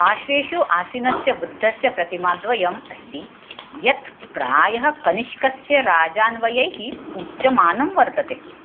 पाश्वेषु आशीनस्य बुद्धस्य प्रतिमाद्वयम् अस्ति यत् प्रायः कनिष्कस्य राजान्वयैः पूज्यमानं वर्तते